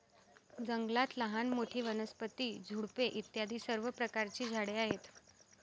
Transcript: जंगलात लहान मोठी, वनस्पती, झुडपे इत्यादी सर्व प्रकारची झाडे आहेत